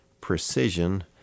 precision